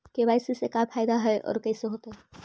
KYC से का फायदा है और कैसे होतै?